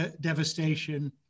devastation